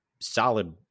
Solid